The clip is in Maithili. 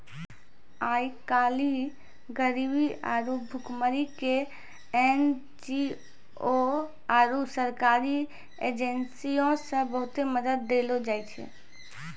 आइ काल्हि गरीबी आरु भुखमरी के एन.जी.ओ आरु सरकारी एजेंसीयो से बहुते मदत देलो जाय छै